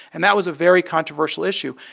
and that was a very controversial issue.